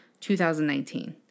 2019